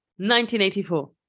1984